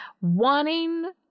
wanting